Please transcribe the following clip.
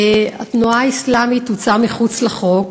התנועה האסלאמית הוצאה מחוץ לחוק,